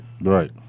Right